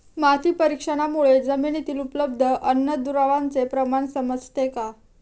माती परीक्षणामुळे जमिनीतील उपलब्ध अन्नद्रव्यांचे प्रमाण समजते का?